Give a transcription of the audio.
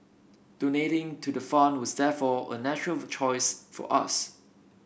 donating to the fund was therefore a natural choice for us